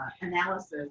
analysis